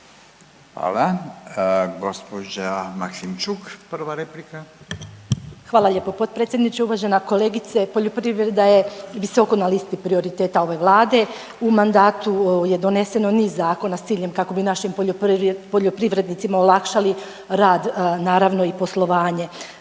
replika. **Maksimčuk, Ljubica (HDZ)** Hvala lijepo potpredsjedniče. Uvažena kolegice poljoprivreda je visoko na listi prioriteta ove vlade. U mandatu je doneseno niz zakona s ciljem kako bi našim poljoprivrednicima olakšali rad naravno i poslovanje.